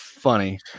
funny